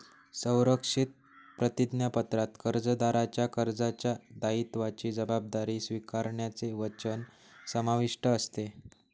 संरक्षित प्रतिज्ञापत्रात कर्जदाराच्या कर्जाच्या दायित्वाची जबाबदारी स्वीकारण्याचे वचन समाविष्ट असते